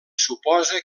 suposa